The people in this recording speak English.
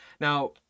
now